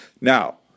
Now